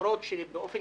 למרות שבאופן